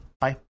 Bye